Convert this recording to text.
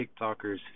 TikTokers